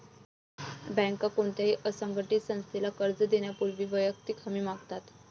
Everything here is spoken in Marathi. बँका कोणत्याही असंघटित संस्थेला कर्ज देण्यापूर्वी वैयक्तिक हमी मागतात